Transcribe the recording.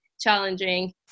challenging